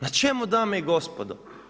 Na čemu dame i gospodo?